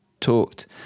talked